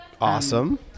Awesome